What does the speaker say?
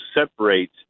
separate